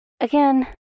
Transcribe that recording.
again